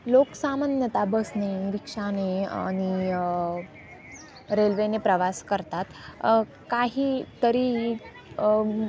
लोक सामान्यतः बसने रिक्षाने आणि रेल्वेने प्रवास करतात काही तरीही